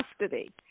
custody